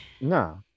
No